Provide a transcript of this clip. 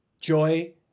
joy